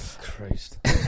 Christ